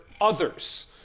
others